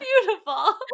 Beautiful